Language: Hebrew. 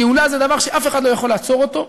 הגאולה היא דבר שאף אחד לא יכול לעצור אותו.